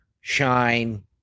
Shine